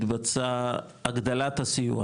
התבצעה הגדלת הסיוע